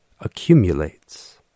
Accumulates